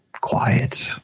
quiet